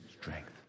strength